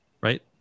Right